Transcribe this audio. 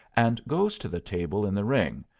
and goes to the table in the ring,